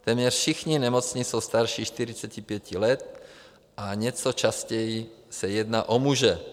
Téměř všichni nemocní jsou starší 45 let, o něco častěji se jedná o muže.